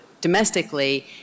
domestically